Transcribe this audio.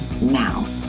now